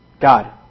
God